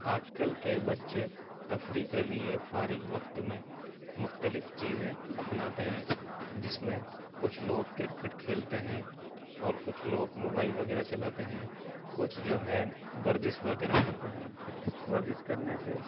آج کل کے بچے تفریح کے لیے فارغ وقت میں مخلتف چیزیں اپناتے ہیں جس میں کچھ لوگ کرکٹ کھیلتے ہیں اور کچھ لوگ موبائل وغیرہ چلاتے ہیں کچھ جو ہے ورزش وغیرہ کرتے ہیں ورزش کرنے سے